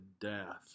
death